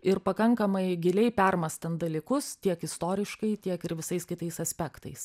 ir pakankamai giliai permąstant dalykus tiek istoriškai tiek ir visais kitais aspektais